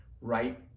right